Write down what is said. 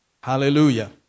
Hallelujah